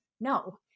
no